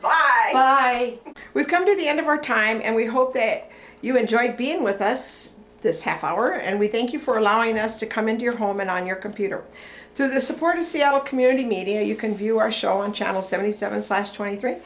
think we've come to the end of our time and we hope that you enjoyed being with us this half hour and we thank you for allowing us to come into your home and on your computer through the support of c l community media you can view our show and channel seventy seven slash twenty three